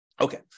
Okay